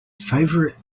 favorite